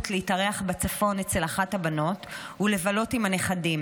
להתארח בצפון אצל אחת הבנות ולבלות עם הנכדים,